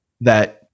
that-